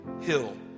Hill